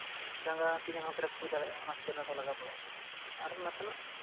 ᱡᱟᱜᱟ ᱛᱤ ᱡᱟᱜᱟ ᱠᱚ ᱨᱟᱹᱯᱩᱫ ᱦᱩᱭ ᱫᱟᱲᱮᱭᱟᱜᱼᱟ ᱚᱱᱟ ᱠᱷᱟᱹᱛᱤᱨ ᱚᱱᱟ ᱫᱚ ᱞᱟᱜᱟᱣ ᱯᱟᱲᱟᱜ ᱠᱟᱱᱟ ᱟᱨ ᱱᱟᱥᱮᱱᱟᱜ